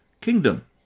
kingdom